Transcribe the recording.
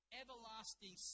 everlasting